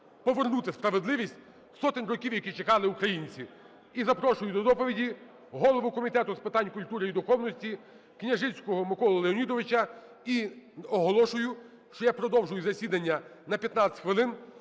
повернути справедливість сотень років, які чекали українці. І запрошую до доповіді голову Комітету з питань культури і духовності Княжицького Миколу Леонідовича, і оголошую, що я продовжую засідання на 15 хвилин,